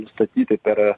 nustatyti per